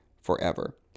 forever